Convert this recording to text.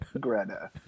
Greta